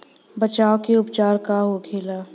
बचाव व उपचार का होखेला?